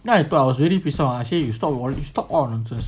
then I thought I was really pissed off ah I say you stop you stop all your nonsense